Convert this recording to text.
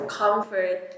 comfort